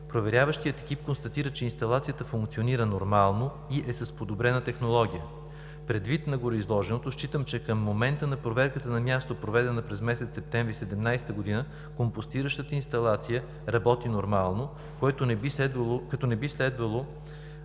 проверяващият екип констатира, че инсталацията функционира нормално и е с подобрена технология. Предвид гореизложеното, считам, че към момента на проверката на място, проведена през месец септември 2017 г., компостиращата инсталация работи нормално, като не би следвало